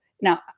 now